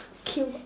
kill